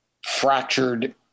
fractured